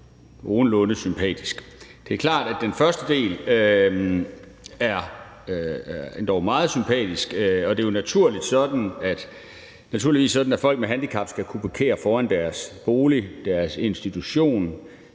Det er klart, at den første del er endog meget sympatisk, og det er jo naturligvis sådan, at folk med handicap skal kunne parkere foran deres bolig, deres institution,